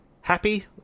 happy